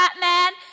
Batman